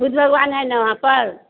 भगवान है न वहाँ पर